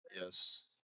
Yes